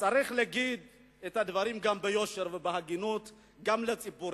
צריך להגיד את הדברים ביושר ובהגינות גם לציבור.